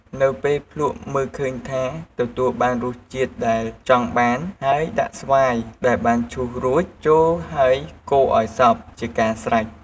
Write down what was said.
នៅពេលភ្លក់មើលឃើញថាទទួលបានរសជាតិដែលចង់បានហើយដាក់ស្វាយដែលបានឈូសរួចចូល ហើយកូរឱ្យសព្វរួចជាការស្រេច។